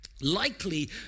likely